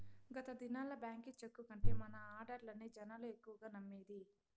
గత దినాల్ల బాంకీ చెక్కు కంటే మన ఆడ్డర్లనే జనాలు ఎక్కువగా నమ్మేది